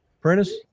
Prentice